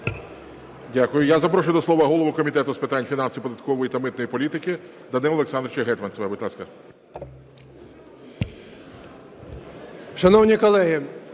Дякую. Я запрошую до слова голову Комітету з питань фінансової, податкової та митної політики Данила Олександровича Гетманцева, будь ласка. 13:40:02